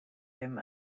him